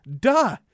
Duh